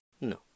No